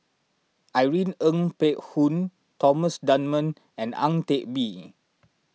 Irene Ng Phek Hoong Thomas Dunman and Ang Teck Bee